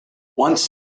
once